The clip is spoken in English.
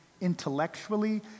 intellectually